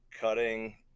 cutting